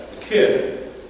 kid